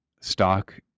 stock